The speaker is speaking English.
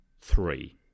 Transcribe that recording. three